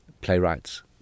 playwrights